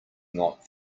not